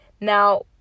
Now